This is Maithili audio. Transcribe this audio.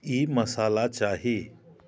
ई मसाला चाही